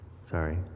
Sorry